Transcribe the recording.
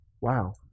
Wow